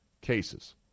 cases